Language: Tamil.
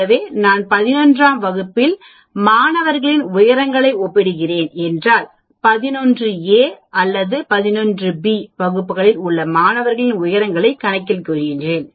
ஆகவே நான் 11 ஆம் வகுப்பில் மாணவர்களின் உயரங்களை ஒப்பிடுகிறேன் என்றால் 11 a மற்றும் 11b வகுப்புகளில் உள்ள மாணவர்களின் உயரங்களை கணக்கில் கொள்கிறேன்